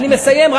אני מסיים.